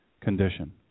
condition